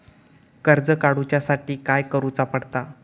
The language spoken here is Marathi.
कर्ज काडूच्या साठी काय करुचा पडता?